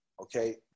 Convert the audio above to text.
Okay